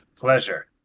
Pleasure